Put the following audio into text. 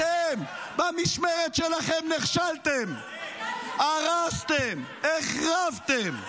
אתם, במשמרת שלכם נכשלתם, הרסתם, החרבתם.